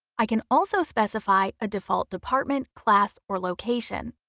i can also specify a default department class or location.